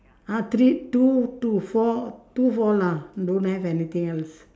ah three two two four two four lah don't have anything else